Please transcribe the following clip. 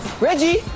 Reggie